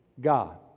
God